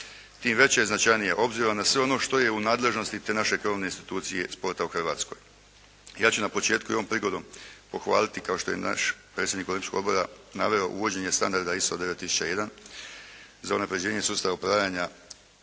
tim veća i značajnija obzirom na sve ono što je u nadležnosti te naše krovne institucije i sporta u Hrvatskoj. Ja ću na početku i ovom prigodom pohvaliti kao što je i naš predsjednik Olimpijskog odbora naveo uvođenje standarda ISO 9001 za unapređenje sustava upravljanja